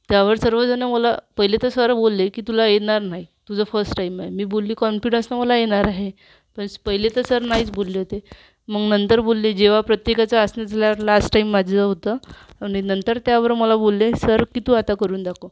त्यावर सर्वजणं मला पहिले तर सर बोलले की तुला येणार नाही तुझं फर्स्ट टाइम आहे मी बोलली कॉन्फिडंसनं मला येणार आहे पण पहिले तर सर नाहीच बोलले होते मग नंतर बोलले जेव्हा प्रत्येकाचं आसनं झाल्यावर लास्ट टाइम माझं होतं आणि त्यावर मला बोलले सर की तू आता करून दाखव